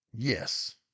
Yes